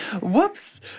Whoops